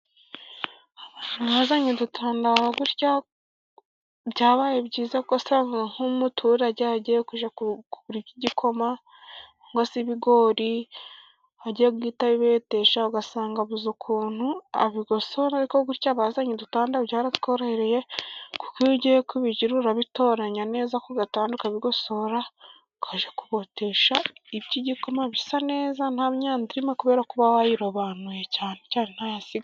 Bazanye udutanda gutya, byabaye byiza ko usanga nk'umuturage agiye kugura igikoma cyangwa se ibigori agiye guhita abibetesha ugasanga abuzeza ukuntu abigosora ,ariko gutya bazanye udutanda byaratworohereye kuko iyo ugiye kubigura urabitoranya neza ku gatanda ukabigosora ukajya kubetesha iby'igikoma bisa neza nta myanda irimo kubera kuba wayirobanuye cyane